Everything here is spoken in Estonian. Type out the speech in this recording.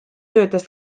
töötas